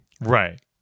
Right